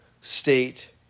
state